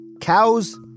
Cows